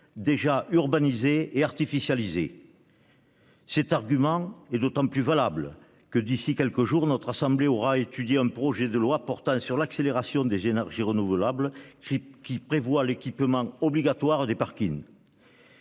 déjà urbanisées et artificialisées. Cet argument est d'autant plus valable que, dans quelques jours, notre assemblée examinera un projet de loi portant sur l'accélération de la production d'énergies renouvelables, qui prévoit l'équipement obligatoire des parkings.